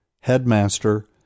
headmaster